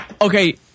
okay